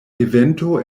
evento